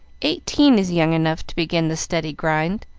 eighteen is young enough to begin the steady grind,